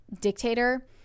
dictator